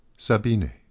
Sabine